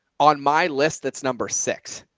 on my list, that's number six,